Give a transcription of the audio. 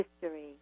history